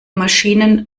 maschinen